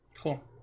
Cool